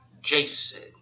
Jason